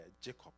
Jacob